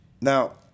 Now